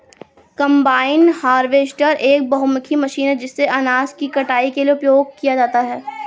combine harvester एक बहुमुखी machine है जिसे अनाज की कटाई के लिए उपयोग किया जाता है